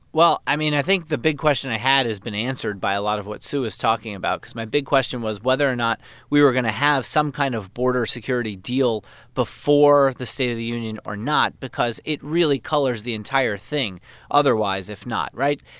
well, i mean, i think the big question i had has been answered by a lot of what sue is talking about because my big question was whether or not we were going to have some kind of border security deal before the state of the union or not because it really colors the entire thing otherwise if not, right?